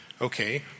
okay